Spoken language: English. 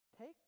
Take